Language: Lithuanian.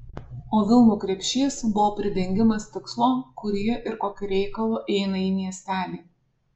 o vilnų krepšys buvo pridengimas tikslo kur ji ir kokiu reikalu eina į miestelį